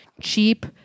cheap